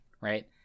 right